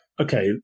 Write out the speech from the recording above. okay